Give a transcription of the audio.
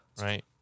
Right